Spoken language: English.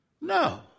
No